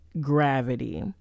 Gravity